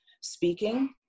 speaking